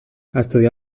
estudià